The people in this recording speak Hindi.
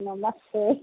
नमस्ते